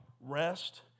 rest